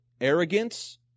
arrogance